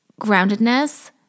groundedness